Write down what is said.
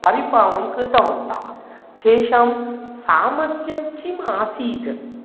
परिपालं कृतवन्तः तेषां सामर्थ्यं किम् आसीत्